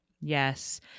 Yes